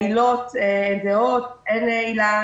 העילות הן זהות, אין עילה